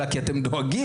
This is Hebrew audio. אלא כי אתם דואגים,